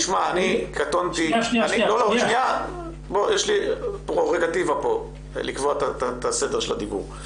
יש לי פררוגטיבה לקבוע את הסדר של הדיבור.